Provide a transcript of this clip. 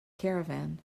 caravan